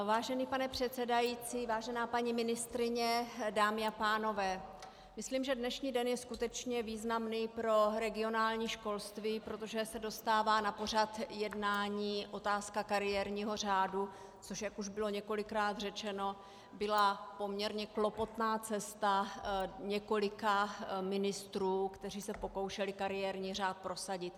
Vážený pane předsedající, vážená paní ministryně, dámy a pánové, myslím, že dnešní den je skutečně významný pro regionální školství, protože se dostává na pořad jednání otázka kariérního řádu, což jak už bylo několikrát řečeno, byla poměrně klopotná cesta několika ministrů, kteří se pokoušeli kariérní řád prosadit.